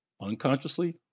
unconsciously